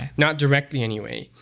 not directly anyway.